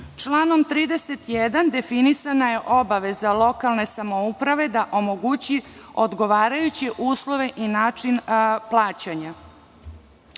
Članom 31. definisana je obaveza lokalne samouprave da omogući odgovarajuće uslove i način plaćanja.